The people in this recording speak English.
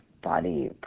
body